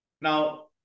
Now